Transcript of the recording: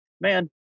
man